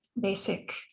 basic